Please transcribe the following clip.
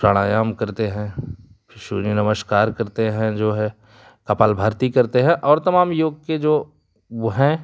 प्राणायाम करते हैं सूर्य नमस्कार करते हैं जो है कपालभारती करते हैं और तमाम योग के जो है